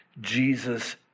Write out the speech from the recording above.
Jesus